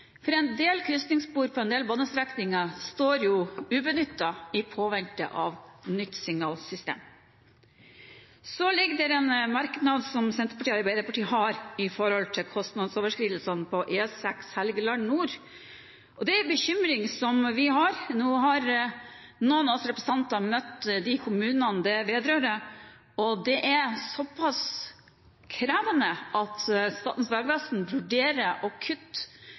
for en del krysningsspor på en del banestrekninger står ubenyttet i påvente av nytt signalsystem. Så er det en merknad som Senterpartiet og Arbeiderpartiet har om kostnadsoverskridelsene på E6 Helgeland nord, og det er en bekymring vi har. Nå har noen av oss representanter møtt kommunene dette vedrører, og situasjonen er såpass krevende at Statens vegvesen vurderer å kutte